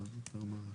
זה להתעמר בתל אביב.